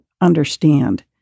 understand